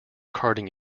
karting